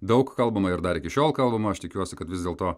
daug kalbama ir dar iki šiol kalbama aš tikiuosi kad vis dėlto